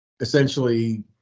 essentially